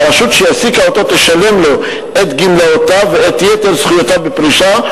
והרשות שהעסיקה אותו תשלם לו את גמלאותיו ואת יתר זכויותיו בפרישה.